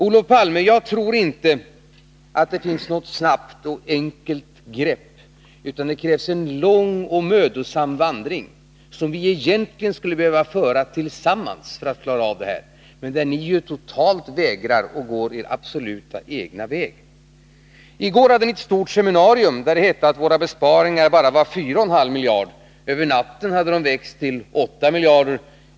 Jag ttor inte, Olof Palme, att det finns något snabbt och enkelt grepp, utan det krävs eh lång och mödosam vandring som vi egentligen skulle behöva göra tillsammans för att klara av det här, men ni vägrar totalt och går er absolut egna väg. I går hade vi ett stort seminarium där det hette att våra besparingar bara vat 4,5 miljarder. Över natten hade de växt till 8 miljarder.